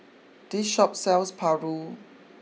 this Shop sells Paru